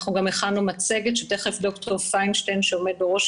אנחנו גם הכנו מצגת שתכף דוקטור פיינשטיין שעומד בראש